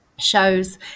shows